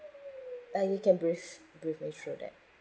ah you can brief brief me through that